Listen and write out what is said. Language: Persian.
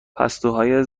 پستوهای